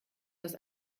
das